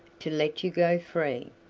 to let you go free.